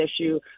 issue